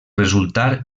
resultar